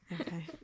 Okay